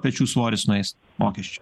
pečių svoris nueis mokesčių